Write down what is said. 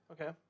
okay